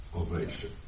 ovation